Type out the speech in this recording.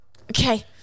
Okay